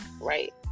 Right